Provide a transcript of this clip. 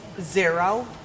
zero